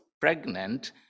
pregnant